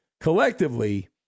collectively